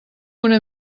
una